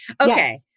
Okay